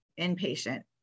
inpatient